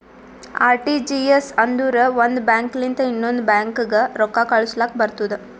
RTGS ಅಂದುರ್ ಒಂದ್ bank ಲಿಂತ ಇನ್ನೊಂದ್ ಬ್ಯಾಂಕ್ಗ ರೊಕ್ಕಾ ಕಳುಸ್ಲಾಕ್ ಬರ್ತುದ್